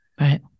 Right